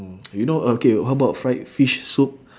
mm you know okay how about fried fish soup